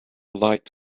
light